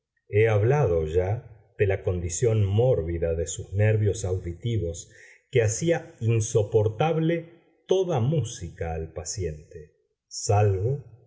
he hablado ya de la condición mórbida de sus nervios auditivos que hacía insoportable toda música al paciente salvo